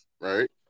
right